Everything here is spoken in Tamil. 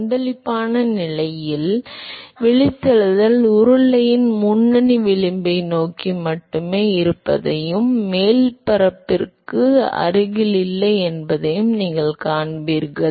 கொந்தளிப்பான நிலையில் விழித்தெழுதல் உருளையின் முன்னணி விளிம்பை நோக்கி மட்டுமே இருப்பதையும் மேல் மேற்பரப்புக்கு மிக அருகில் இல்லை என்பதையும் நீங்கள் காண்பீர்கள்